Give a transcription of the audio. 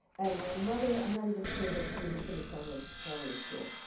and my mother, i'm not even sure that she even finished primary, primary school.